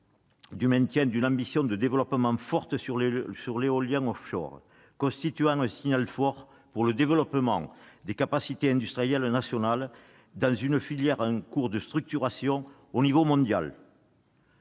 du maintien d'une ambition importante de développement de l'éolien offshore, qui constitue un signal fort en faveur du développement de capacités industrielles nationales dans une filière en cours de structuration au niveau mondial.